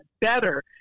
better